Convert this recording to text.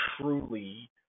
truly